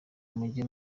mujye